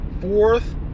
Fourth